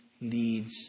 leads